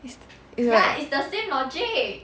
it's it's like